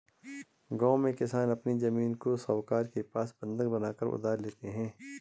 गांव में किसान अपनी जमीन को साहूकारों के पास बंधक बनाकर उधार लेते हैं